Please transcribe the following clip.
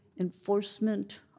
enforcement